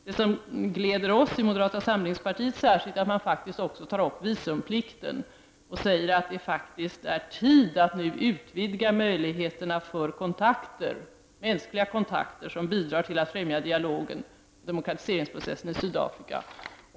Det som glädjer oss i moderata samlingspartiet särskilt är att man faktiskt också tar upp visumplikten och säger att det är tid att utvidga möjligheterna för mänskliga kontakter som bidrar till att främja dialogen och demokratiseringsprocessen i Sydafrika.